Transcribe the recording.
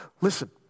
Listen